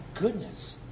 goodness